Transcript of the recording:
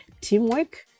Teamwork